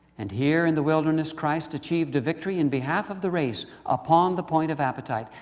and here in the wilderness christ achieved a victory in behalf of the race upon the point of appetite,